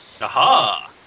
Aha